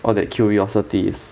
all that curiosities